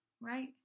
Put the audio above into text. Right